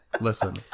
Listen